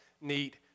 neat